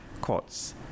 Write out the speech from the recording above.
courts